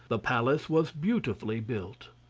the palace was beautifully built.